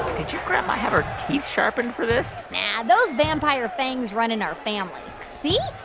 did your grandma have her teeth sharpened for this? nah, those vampire fangs run in our family. see?